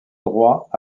droit